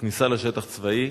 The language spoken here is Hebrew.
וכניסה לשטח צבאי,